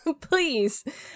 please